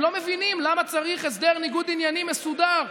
הם לא מבינים למה צריך הסדר ניגוד עניינים מסודר,